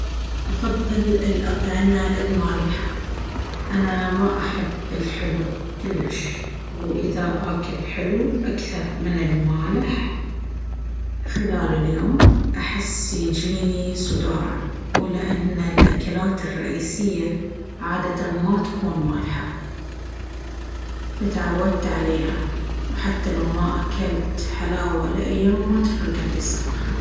أفض الأطعمة المالحة... أنا ما أحب السويت كلش.